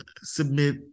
submit